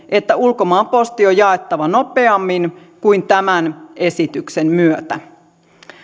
että ulkomaan posti on jaettava nopeammin kuin tämän esityksen myötä